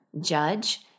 judge